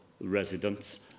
residents